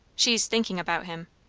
she's thinkin' about him.